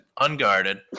unguarded